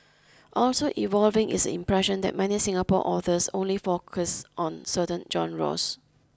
also evolving is the impression that many Singapore authors only focus on certain genres